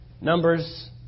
Numbers